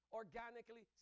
organically